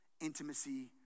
intimacy